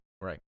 Right